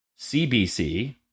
CBC